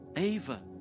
Ava